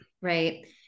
Right